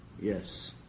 Yes